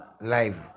live